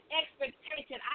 expectation